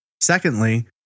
Secondly